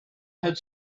had